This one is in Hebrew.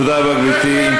תודה רבה, גברתי.